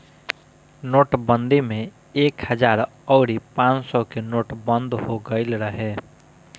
नोटबंदी में एक हजार अउरी पांच सौ के नोट बंद हो गईल रहे